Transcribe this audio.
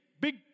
big